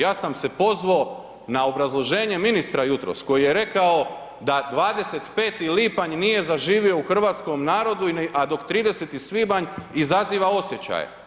Ja sam se pozvao na obrazloženje ministra jutros koji je rekao da 25. lipanj nije zaživio u hrvatskom narodu, a dok 30. svibanj izaziva osjećaje.